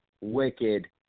Wicked